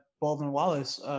Baldwin-Wallace